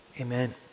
amen